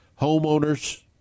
homeowners